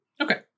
okay